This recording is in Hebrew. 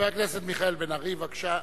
חבר הכנסת מיכאל בן-ארי, בבקשה.